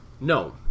No